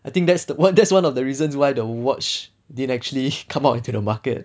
I think that's what that's one of the reasons why the watch didn't actually come out into the market